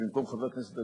והלוואי שלא יהיה צורך,